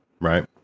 right